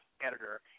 editor